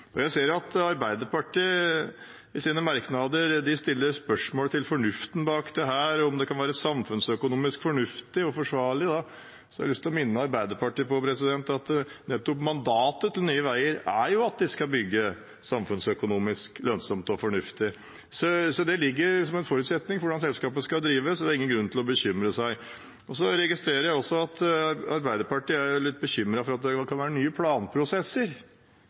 Jeg ser at Arbeiderpartiet i sine merknader stiller spørsmål ved fornuften bak dette, om det kan være samfunnsøkonomisk fornuftig og forsvarlig. Da har jeg lyst til å minne Arbeiderpartiet om at mandatet til Nye veier nettopp er at de skal bygge samfunnsøkonomisk lønnsomt og fornuftig. Det ligger som en forutsetning for hvordan selskapet skal drives, så det er ingen grunn til å bekymre seg. Jeg registrerer også at Arbeiderpartiet er litt bekymret for at det kan være nye planprosesser.